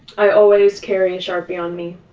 i always carry a sharpie on me.